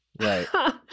Right